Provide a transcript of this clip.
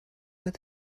with